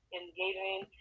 engaging